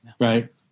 right